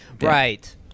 Right